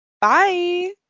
Bye